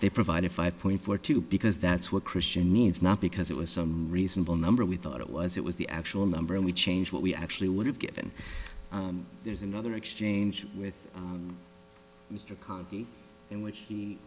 they provided five point four two because that's what christian means not because it was some reasonable number we thought it was it was the actual number and we changed what we actually would have given there's another exchange with a column in which he